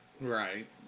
Right